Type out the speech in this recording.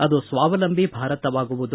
ಅದು ಸ್ವಾವಲಂಬಿ ಭಾರತವಾಗುವುದು